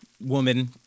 woman